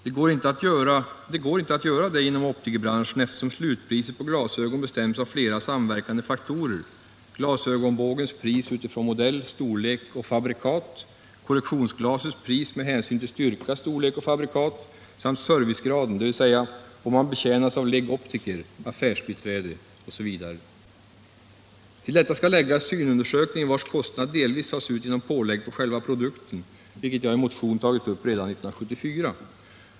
Det går inte att göra det inom optikerbranschen, eftersom slutpriset på glasögon bestäms av flera samverkande faktorer: glasögonbågens pris med hänsyn till modell, storlek och fabrikat, korrektionsglasets pris med hänsyn till styrka, storlek och fabrikat samt servicegraden, dvs. om man betjänas av legitimerad optiker, affärsbiträde osv. Till detta skall läggas synundersökningen, vars kostnad delvis tas ut genom pålägg på själva produkten, en fråga som jag f. ö. tagit upp i en motion redan år 1974.